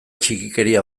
txikikeria